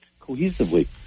cohesively